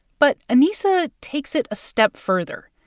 but ainissa takes it a step further.